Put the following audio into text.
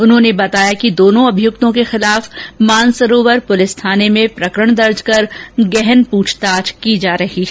उन्होंने बताया कि दोनो अभियुक्तों के विरूद्व मानसरोवर थाने में प्रकरण दर्ज कर गहन प्रछताछ की जा रही है